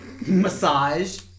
Massage